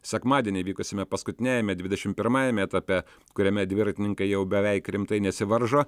sekmadienį vykusiame paskutiniajame dvidešim pirmajame etape kuriame dviratininkai jau beveik rimtai nesivaržo